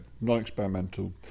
non-experimental